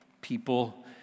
people